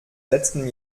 letzten